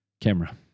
camera